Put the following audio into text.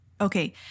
Okay